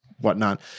whatnot